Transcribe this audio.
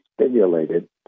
stimulated